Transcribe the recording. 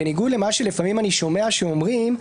בניגוד למה שלפעמים אני שומע שאומרים,